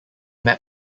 met